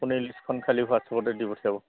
আপুনি লিষ্টখন খালী হোৱাটচেপতে দি পঠিয়াব